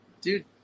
dude